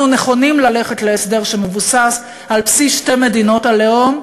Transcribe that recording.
אנחנו נכונים ללכת להסדר שמבוסס על שתי מדינות הלאום,